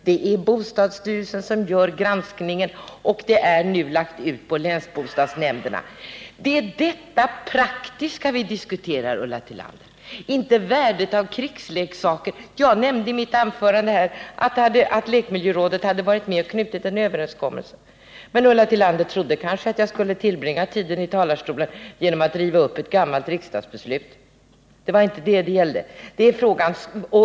Det är bostadsstyrelsen som gör granskningen, som nu ålagts länsbostadsnämnderna. Det är detta praktiska vi diskuterar, Ulla Tillander, inte värdet av krigsleksaker. Jag nämnde i mitt anförande att lekmiljörådet hade varit med och träffat en överenskommelse. Men Ulla Tillander trodde kanske att jag skulle tillbringa tiden i talarstolen med att försöka riva upp ett gammalt riksdagsbeslut. Det var inte det det gällde.